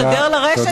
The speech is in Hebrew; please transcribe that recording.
לשדר לרשת.